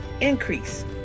increase